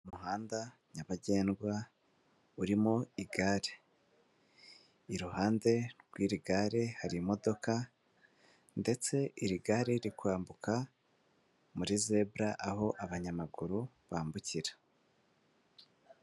Umuhanda nyabagendwa urimo igare, iruhande rw'iri gare harimo ndetse iri gare rikwambuka muri zebura aho abanyamaguru bambukira.